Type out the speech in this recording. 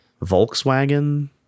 Volkswagen